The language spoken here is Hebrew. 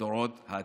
דורות העתיד.